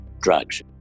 drugs